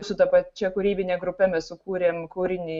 su ta pačia kūrybine grupe mes sukūrėm kūrinį